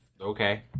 Okay